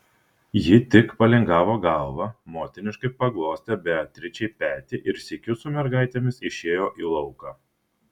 ji tik palingavo galvą motiniškai paglostė beatričei petį ir sykiu su mergaitėmis išėjo į lauką